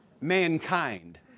mankind